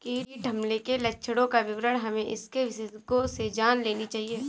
कीट हमले के लक्षणों का विवरण हमें इसके विशेषज्ञों से जान लेनी चाहिए